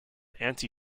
anti